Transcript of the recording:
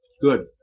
Good